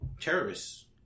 terrorists